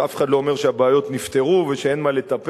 ואף אחד לא אומר שהבעיות נפתרו ושאין במה לטפל,